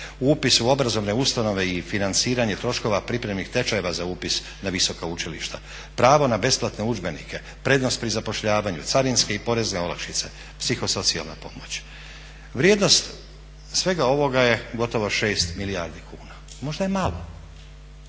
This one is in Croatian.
upis u obrazovne ustanove i financiranje troškova pripremnih tečajeva za upis na visoka učilišta, pravo na besplatne udžbenike, prednost pri zapošljavanju, carinske i porezne olakšice, psihosocijalna pomoć. Vrijednost svega ovoga je gotovo 6 milijardi kuna. Možda je malo.